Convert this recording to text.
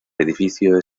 edificio